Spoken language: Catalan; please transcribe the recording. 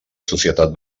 societat